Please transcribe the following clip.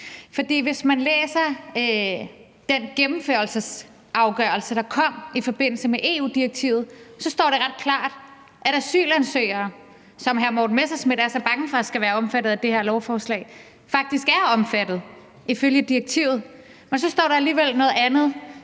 hvis man læser den gennemførelsesafgørelse, der kom i forbindelse med EU-direktivet, så står det ret klart, at asylansøgere – som hr. Morten Messerschmidt er så bange for skal være omfattet af det her lovforslag – faktisk er omfattet ifølge direktivet. Men så står der alligevel noget andet